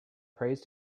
prays